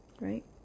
Right